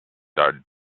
did